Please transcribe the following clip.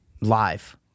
Live